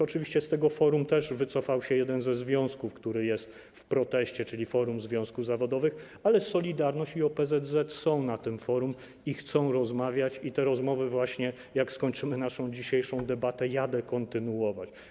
Oczywiście z tego forum też wycofał się jeden ze związków, który jest w proteście, czyli Forum Związków Zawodowych, ale „Solidarność” i OPZZ są na tym forum i chcą rozmawiać, i te rozmowy właśnie, jak skończymy naszą dzisiejszą debatę, jadę kontynuować.